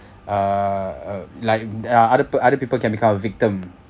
uh uh like the other peo~ other people can become a victim